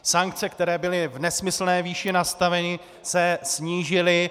Sankce, které byly v nesmyslné výši nastaveny, se snížily.